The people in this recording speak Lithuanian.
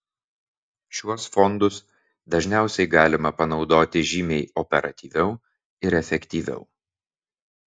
šiuos fondus dažniausiai galima panaudoti žymiai operatyviau ir efektyviau